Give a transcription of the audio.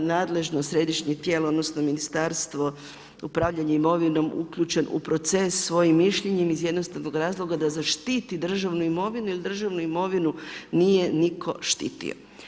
nadležno središnje tijelo odnosno Ministarstvo upravljanja imovinom uključeno u proces svojim mišljenjem, iz jednostavnog razloga da zaštiti državnu imovinu jer državnu imovinu nije nitko štitio.